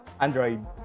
Android